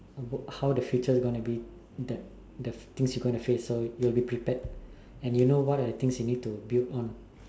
how the future gonna be that things you going to face and you will be prepared and you know what are the things you need to build on